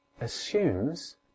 assumes